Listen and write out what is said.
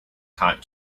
caught